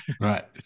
Right